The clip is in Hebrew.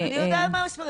אני יודעת מה המספרים,